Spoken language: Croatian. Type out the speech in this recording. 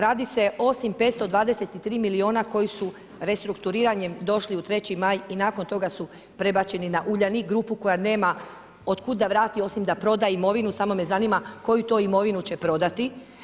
Radi se o 523 milijuna kuna koji su restrukturiranje došli u Treći maj i nakon toga su prebačeni na Uljanik grupu koja nema otkuda da vrati osima da proda imovinu, samo me zanima koju to imovinu će prodati.